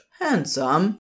handsome